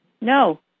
No